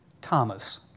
Thomas